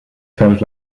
felt